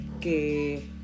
que